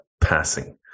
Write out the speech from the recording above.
passing